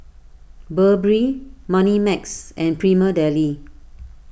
Burberry Moneymax and Prima Deli